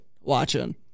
watching